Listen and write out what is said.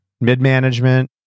mid-management